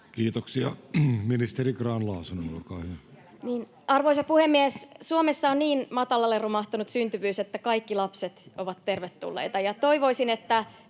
vihr) Time: 16:57 Content: Arvoisa puhemies! Suomessa on niin matalalle romahtanut syntyvyys, että kaikki lapset ovat tervetulleita,